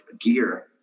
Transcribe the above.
gear